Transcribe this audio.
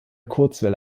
kurzwelle